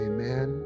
Amen